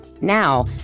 Now